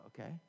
okay